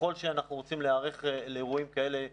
ככול שאנחנו רוצים להיערך לאירועים כאלה בעתיד,